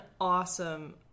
awesome